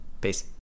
Peace